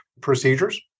procedures